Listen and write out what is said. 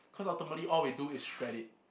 cause ultimately all we do is shred it